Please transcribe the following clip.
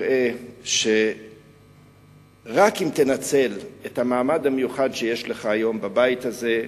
ותראה שרק אם תנצל את המעמד המיוחד שיש לך היום בבית הזה,